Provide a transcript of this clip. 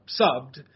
subbed